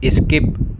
skip